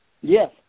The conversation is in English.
Yes